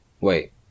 Wait